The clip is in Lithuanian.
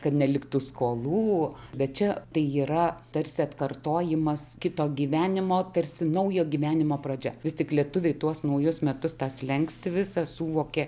kad neliktų skolų bet čia tai yra tarsi atkartojimas kito gyvenimo tarsi naujo gyvenimo pradžia vis tik lietuviai tuos naujus metus tą slenkstį visą suvokė